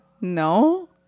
No